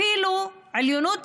אפילו עליונות